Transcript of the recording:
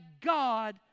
God